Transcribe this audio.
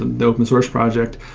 the open-source project,